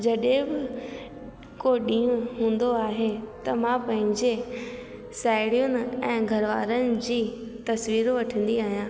जॾहिं बि को ॾींहुं हूंदो आहे त मां पंहिंजे साहिड़ियुनि ऐं घरवारनि जी तस्वीरूं वठंदी आहियां